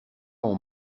ont